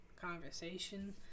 conversation